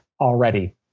already